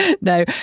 No